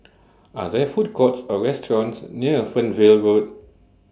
Are There Food Courts Or restaurants near Fernvale Road